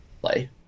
play